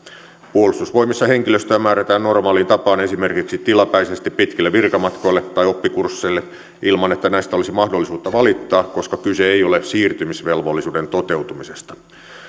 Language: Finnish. puolustusvoimissa henkilöstöä määrätään normaaliin tapaan esimerkiksi tilapäisesti pitkille virkamatkoille tai oppikursseille ilman että näistä olisi mahdollisuutta valittaa koska kyse ei ole siirtymisvelvollisuuden toteutumisesta